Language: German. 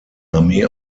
armee